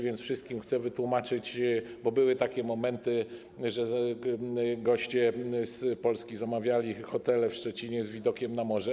Wszystkim chcę to wytłumaczyć, bo były takie momenty, że goście z Polski zamawiali hotele w Szczecinie z widokiem na morze.